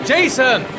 Jason